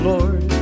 Lord